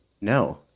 No